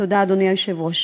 תודה, אדוני היושב-ראש.